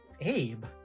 Abe